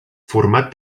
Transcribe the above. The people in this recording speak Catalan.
format